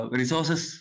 resources